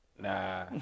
Nah